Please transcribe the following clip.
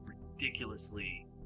ridiculously